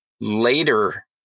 later